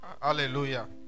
Hallelujah